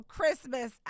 Christmas